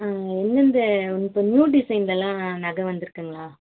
ஆ எந்தெந்த இப்போ நியூ டிசைனில்லாம் நகை வந்துருக்குங்களா